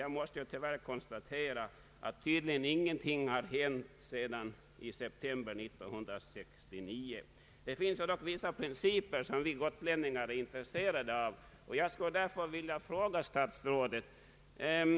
Jag måste tyvärr konstatera att ingenting har hänt sedan september 1969. Det finns dock vissa principer som vi gotlänningar är intresserade av. Jag skulle därför vilja fråga statsrådet: An Nr 27 117 Ang.